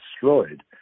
destroyed